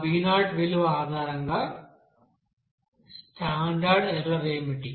ఆ b0 విలువ ఆధారంగా స్టాండర్డ్ ఎర్రర్ ఏమిటి